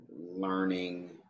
learning